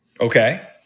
Okay